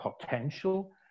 potential